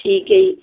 ਠੀਕ ਹੈ ਜੀ